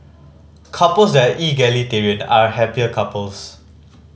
couples that are egalitarian are happier couples